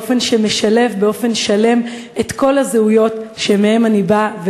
באופן שמשלב באופן שלם את כל הזהויות שמהן אני באה,